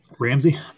Ramsey